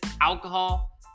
alcohol